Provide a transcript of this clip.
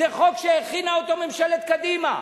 זה חוק שהכינה אותו ממשלת קדימה.